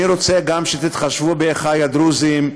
אני רוצה שתתחשבו גם באחי הדרוזים,